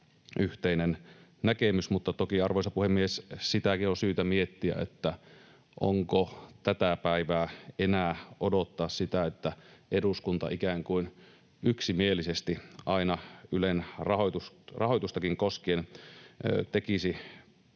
yhteinen näkemys, mutta toki, arvoisa puhemies, on syytä miettiä sitäkin, onko tätä päivää enää odottaa sitä, että eduskunta ikään kuin yksimielisesti aina Ylen rahoitustakin koskien tekisi päätöksiä,